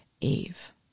Eve